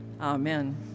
Amen